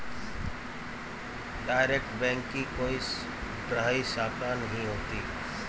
direct bank की कोई बाह्य शाखा नहीं होती